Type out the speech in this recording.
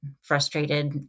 frustrated